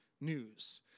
news